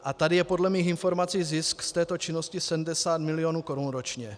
A tady je podle mých informací zisk z této činnosti 70 milionů korun ročně.